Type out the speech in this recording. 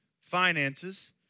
finances